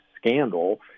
scandal